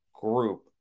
group